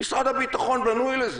משרד הביטחון בנוי לזה,